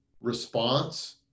response